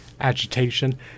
agitation